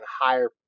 higher